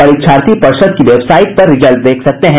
परीक्षार्थी पर्षद की वेबसाइट पर रिजल्ट देख सकते हैं